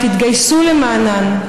תתגייסו למענן,